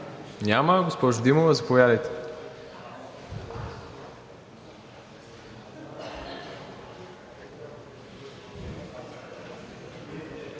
Няма. Госпожо Димова, заповядайте.